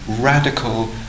radical